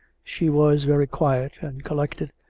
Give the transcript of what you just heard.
she was very quiet and collected,